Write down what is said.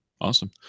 Awesome